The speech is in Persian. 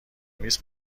نیست